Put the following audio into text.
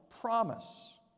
promise